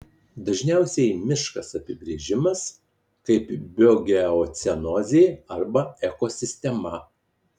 dažniausiai miškas apibrėžimas kaip biogeocenozė arba ekosistema